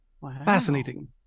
Fascinating